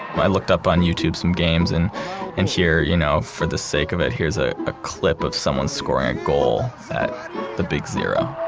i looked up on youtube, some games, and and here you know for the sake of it, here's ah a clip of someone's scoring a goal at the big zero